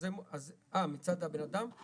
אה, מצד הבן אדם?